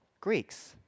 Greeks